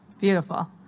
Beautiful